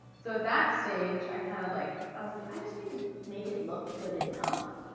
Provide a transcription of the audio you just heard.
so at that stage, i kind of like, i was like, i just need to make it look good enough,